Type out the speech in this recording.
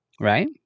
right